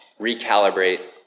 recalibrate